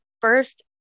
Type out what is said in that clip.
first